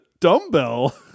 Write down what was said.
dumbbell